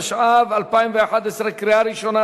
התשע"ב 2011. קריאה ראשונה,